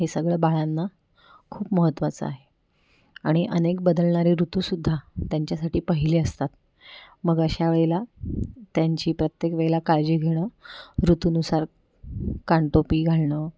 हे सगळं बाळांना खूप महत्त्वाचं आहे आणि अनेक बदलणारे ऋतूसुद्धा त्यांच्यासाठी पहिले असतात मग अशा वेळेला त्यांची प्रत्येक वेळेला काळजी घेणं ऋतूनुसार कानटोपी घालणं